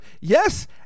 Yes